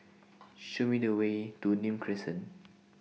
Show Me The Way to Nim Crescent